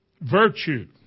virtue